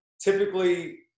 Typically